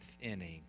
inning